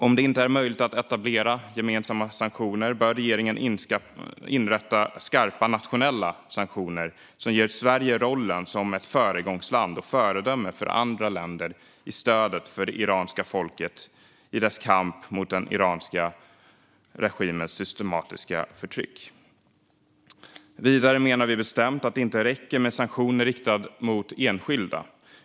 Om det inte är möjligt att etablera gemensamma sanktioner bör regeringen inrätta skarpa nationella sanktioner som ger Sverige rollen som ett föregångsland och föredöme för andra länder i stödet för det iranska folket i dess kamp mot den iranska regimens systematiska förtryck. Vidare menar vi bestämt att det inte räcker med sanktioner riktade mot enskilda.